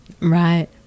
Right